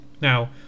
Now